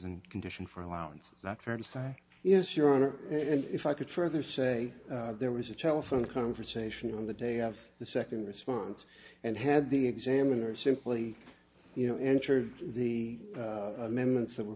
and condition for allowance that's fair to say is sure if i could further say there was a telephone conversation on the day of the second response and had the examiner simply you know entered the amendments that were